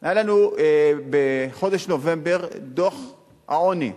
היה לנו בחודש נובמבר דוח העוני.